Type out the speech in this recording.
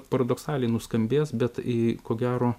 paradoksaliai nuskambės bet i ko gero